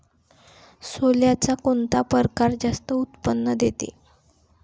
सोल्याचा कोनता परकार जास्त उत्पन्न देते?